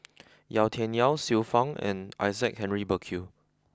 Yau Tian Yau Xiu Fang and Isaac Henry Burkill